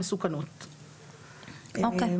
אוקיי.